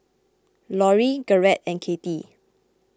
Lorri Garret and Katie